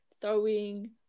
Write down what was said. throwing